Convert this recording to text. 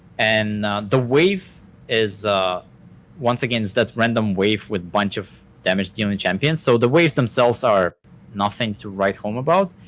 and the wave is ah once again, it's that random wave with a bunch of damage dealing champions, so the waves themselves are nothing to write home about,